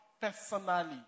personally